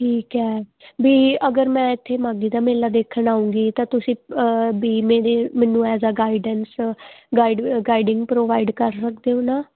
ਠੀਕ ਹੈ ਬਈ ਅਗਰ ਮੈਂ ਇਥੇ ਮਾਘੀ ਦਾ ਮੇਲਾ ਦੇਖਣ ਆਉਗੀ ਤਾਂ ਤੁਸੀਂ ਬਈ ਮੇਰੇ ਮੈਨੂੰ as a guidance guide guiding provide ਕਰ ਸਕਦੇ ਹੋ ਨਾ